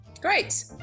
Great